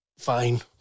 Fine